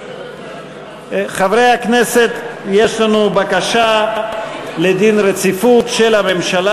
חברי הכנסת, יש לנו בקשה לדין רציפות של הממשלה.